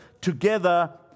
together